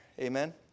Amen